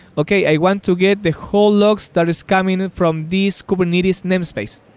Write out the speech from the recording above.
okay. i want to get the whole logs that is coming from these kubernetes namespace,